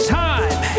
time